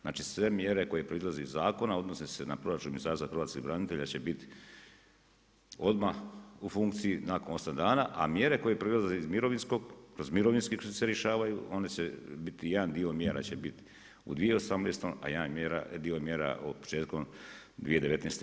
Znači sve mjere koje proizlaze iz zakona, odnosi se na proračun Ministarstva hrvatskih branitelja će biti odmah u funkciji nakon 8 dana, a mjere koje proizlaze iz mirovinskog, kroz mirovinski se rješavaju, oni će biti, jedan dio mjera će biti u 2018. a jedan dio mjera početkom 2019.